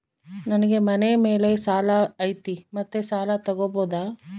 ನನಗೆ ಮನೆ ಮೇಲೆ ಸಾಲ ಐತಿ ಮತ್ತೆ ಸಾಲ ತಗಬೋದ?